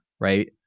right